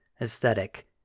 aesthetic